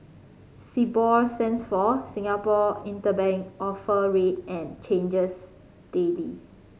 Sibor stands for Singapore Interbank Offer Rate and changes daily